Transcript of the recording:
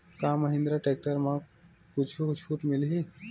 का महिंद्रा टेक्टर म कुछु छुट मिलही?